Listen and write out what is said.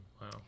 Wow